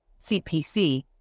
CPC